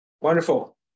Wonderful